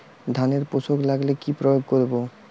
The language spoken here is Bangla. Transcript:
ধানের শোষক লাগলে কি প্রয়োগ করব?